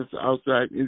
outside